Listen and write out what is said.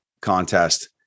contest